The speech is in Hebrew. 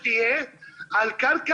ודיברו על זה,